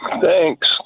Thanks